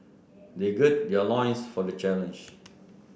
they gird their loins for the challenge